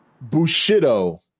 Bushido